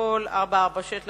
של